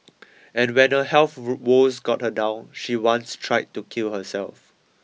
and when her health woes got her down she once tried to kill herself